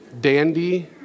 dandy